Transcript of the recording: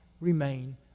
remain